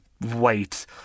wait